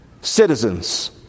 citizens